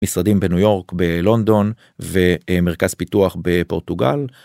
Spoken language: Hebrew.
משרדים בניו יורק בלונדון ומרכז פיתוח בפורטוגל.